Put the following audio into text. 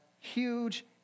huge